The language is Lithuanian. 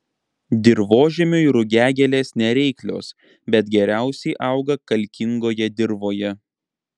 dirvožemiui rugiagėlės nereiklios bet geriausiai auga kalkingoje dirvoje